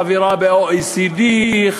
חברה ב-OECD,